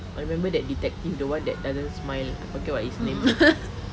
I remember that detective the one that doesn't smile I forgot what's his name